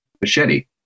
Machete